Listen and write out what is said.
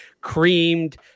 creamed